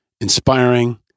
inspiring